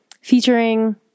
Featuring